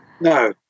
No